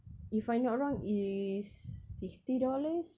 if I not wrong is sixty dollars